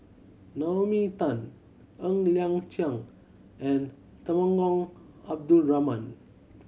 Naomi Tan Ng Liang Chiang and Temenggong Abdul Rahman